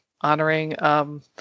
honoring –